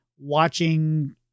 watching